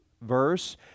verse